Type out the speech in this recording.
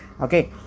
okay